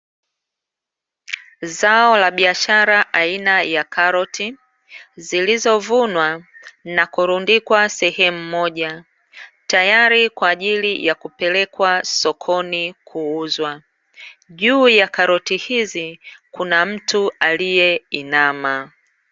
Zao la biashara aina ya karoti, zilizovunwa na kurundikwa sehemu moja, tayari kwa ajili ya kupelekwa sokoni kuuzwa. Juu ya karoti hizi kuna mtu aliyeinama.